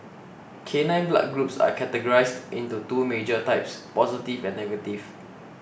canine blood groups are categorised into two major types positive and negative